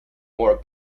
more